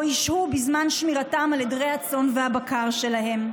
שבו ישהו בזמן שמירה על עדרי הצאן והבקר שלהם.